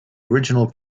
original